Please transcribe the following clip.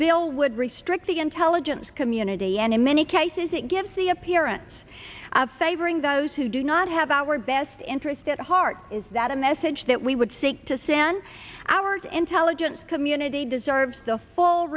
bill would restrict the intelligence community and in many cases it gives the appearance of favoring those who do not have our best interest at heart is that a message that we would seek to san our intelligence community deserves the full